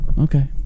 okay